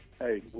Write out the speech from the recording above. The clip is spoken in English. hey